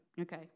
Okay